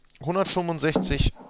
165